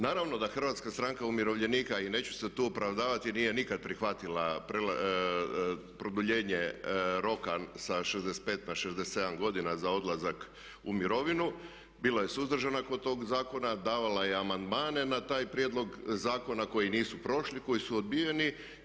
Naravno da Hrvatska stranka umirovljenika i neću se tu opravdavati nije nikad prihvatila produljenje roka sa 65 na 67 godina za odlazak u mirovinu, bila je suzdržana kod tog zakona, davala je amandmane na taj prijedlog zakona koji nisu prošli, koji su odbijeni.